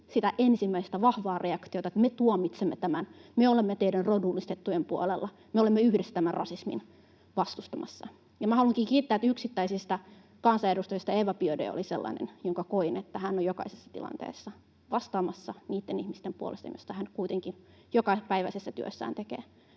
ensimmäistä vahvaa reaktiota, että ”me tuomitsemme tämän, me olemme teidän rodullistettujen puolella, me olemme yhdessä tätä rasismia vastustamassa”. Haluankin kiittää, että yksittäisistä kansanedustajista Eva Biaudet oli sellainen, että koin, että hän on jokaisessa tilanteessa vastaamassa niitten ihmisten puolesta, joiden kanssa hän kuitenkin jokapäiväisessä työssään tekee